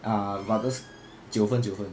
ah but those 九分九分